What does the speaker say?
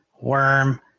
Worm